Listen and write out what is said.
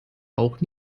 auch